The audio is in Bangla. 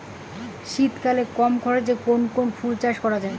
শীতকালে কম খরচে কোন কোন ফুল চাষ করা য়ায়?